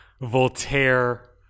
Voltaire